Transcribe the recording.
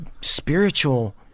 spiritual